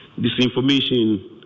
Disinformation